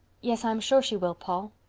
yes, i am sure she will, paul.